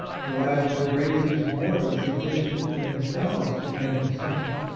collateral graces more than sufficient in themselves to make a saint.